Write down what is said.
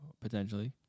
Potentially